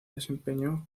desempeñó